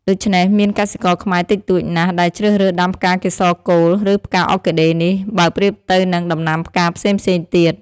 ដូច្នេះមានកសិករខ្មែរតិចតួចណាស់ ដែលជ្រើសរើសដាំផ្កាកេសរកូល ឬ ផ្កាអ័រគីដេនេះ បើប្រៀបទៅនឹងដំណាំផ្កាផ្សេងៗទៀត។